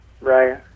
Right